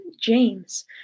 james